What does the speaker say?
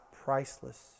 priceless